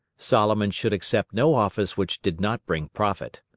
solomon should accept no office which did not bring profit.